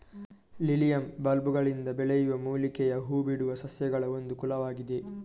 lilium ಬಲ್ಬುಗಳಿಂದ ಬೆಳೆಯುವ ಮೂಲಿಕೆಯ ಹೂ ಬಿಡುವ ಸಸ್ಯಗಳಒಂದು ಕುಲವಾಗಿದೆ